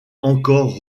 encore